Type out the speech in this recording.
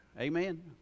amen